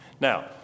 Now